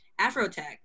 Afrotech